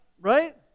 right